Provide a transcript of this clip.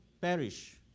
perish